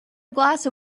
glass